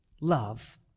love